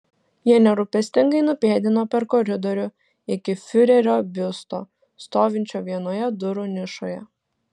jie nerūpestingai nupėdino per koridorių iki fiurerio biusto stovinčio vienoje durų nišoje